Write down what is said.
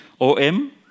OM